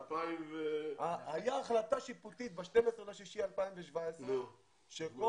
הייתה החלטה שיפוטית ב-12.6.2017 שכל